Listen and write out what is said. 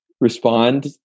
respond